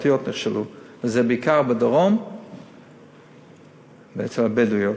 הפרטיות נכשלו, וזה בעיקר בדרום ואצל הבדואים.